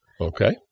Okay